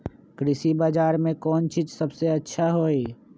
कृषि बजार में कौन चीज सबसे अच्छा होई?